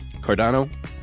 Cardano